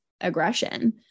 aggression